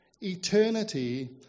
eternity